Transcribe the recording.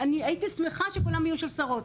אני הייתי שמחה שכולם יהיו של שרות,